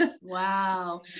Wow